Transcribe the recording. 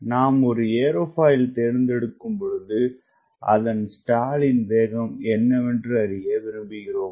நாம் ஒரு ஏரோபாயில் தேர்ந்தெடுக்கும்பொழுது அதன்ஸ்டால் லின்வேகம்என்னவென்றுஅறிய விரும்புகிறோம்